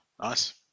Nice